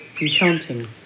enchanting